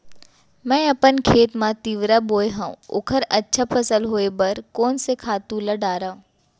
मैं अपन खेत मा तिंवरा बोये हव ओखर अच्छा फसल होये बर कोन से खातू ला डारव?